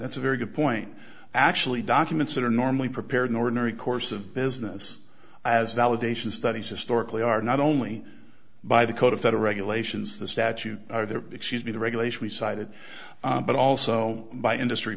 that's a very good point actually documents that are normally prepared in ordinary course of business as validation studies historically are not only by the code of federal regulations the statute or the excuse me the regulation we cited but also by industry